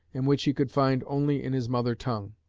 and which he could find only in his mother tongue.